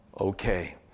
okay